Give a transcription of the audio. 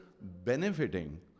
benefiting